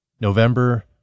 November